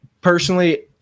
personally